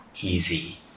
easy